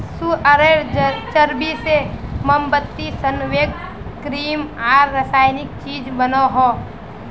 सुअरेर चर्बी से मोमबत्ती, सेविंग क्रीम आर रासायनिक चीज़ बनोह